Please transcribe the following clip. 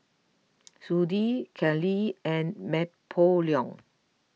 Sudie Kenley and Napoleon